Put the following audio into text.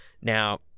Now